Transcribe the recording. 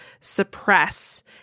suppress